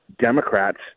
Democrats